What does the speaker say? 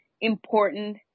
important